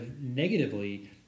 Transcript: negatively